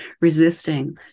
resisting